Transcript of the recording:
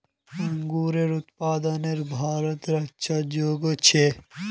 अन्गूरेर उत्पादनोत भारतेर अच्छा जोगोह छे